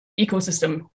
ecosystem